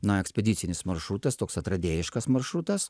na ekspedicinis maršrutas toks atradėjiškas maršrutas